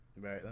right